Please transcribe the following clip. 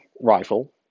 rifle